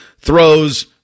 throws